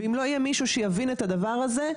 אם לא יהיה מישהו שיבין את הדבר הזה,